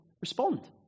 respond